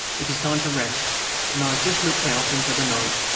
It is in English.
it is time for rest and i have just looked out into the night,